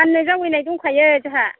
फान्नो जावैनाय दंखायो जोंहा